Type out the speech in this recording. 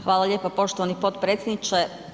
Hvala lijepa poštovani potpredsjedniče.